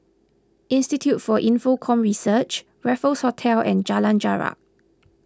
Institute for Infocomm Research Raffles Hotel and Jalan Jarak